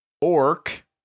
Orc